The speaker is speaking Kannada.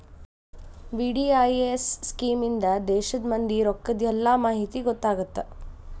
ವಿ.ಡಿ.ಐ.ಎಸ್ ಸ್ಕೇಮ್ ಇಂದಾ ದೇಶದ್ ಮಂದಿ ರೊಕ್ಕದ್ ಎಲ್ಲಾ ಮಾಹಿತಿ ಗೊತ್ತಾಗತ್ತ